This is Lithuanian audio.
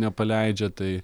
nepaleidžia tai